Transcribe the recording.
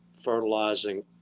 fertilizing